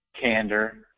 candor